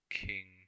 king